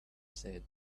said